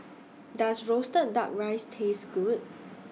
Does Roasted Duck Rice Taste Good